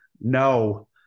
No